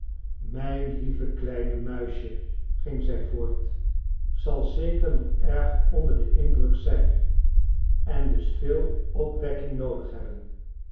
mijn lieve kleine muisje ging zij voort zal zeker nog erg onder den indruk zijn en dus veel opwekking noodig hebben